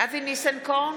אבי ניסנקורן,